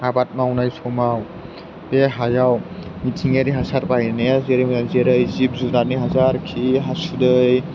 आबाद मावनाय समाव बे हायाव मिथिंगायारि हासार बाहायनाया जेरै जिब जुनारनि हासार खि हासुदै